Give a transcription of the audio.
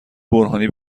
برهانی